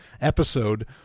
episode